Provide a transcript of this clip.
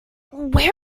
where